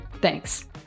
Thanks